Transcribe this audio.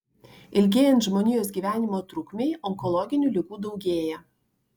ilgėjant žmonijos gyvenimo trukmei onkologinių ligų daugėja